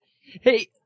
Hey